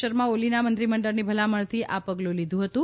શર્મા ઓલીના મંત્રીમંડળની ભલામણથી આ પગલું લીધું હતું